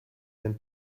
den